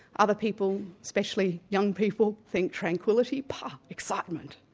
other people, especially young people, think tranquility, pah! excitement.